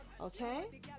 Okay